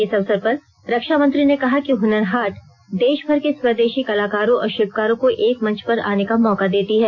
इस अवसर पर रक्षा मंत्री ने कहा कि हनर हाट देशभर के स्वंदेशी कलाकारों और शिल्पकारों को एक मंच पर आने का मौका देती है